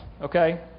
Okay